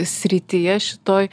srityje šitoj